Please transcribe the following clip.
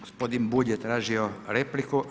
Gospodin Bulj je tražio repliku.